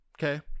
okay